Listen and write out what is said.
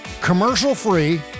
commercial-free